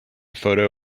photo